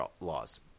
laws